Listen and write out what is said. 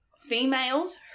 females